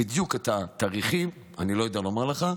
בדיוק את התאריכים אני לא יודע לומר לך.